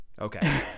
Okay